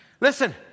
Listen